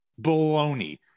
baloney